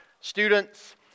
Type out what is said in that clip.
students